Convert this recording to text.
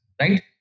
right